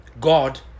God